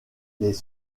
les